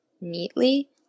neatly